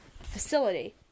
facility